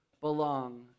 belong